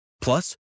Plus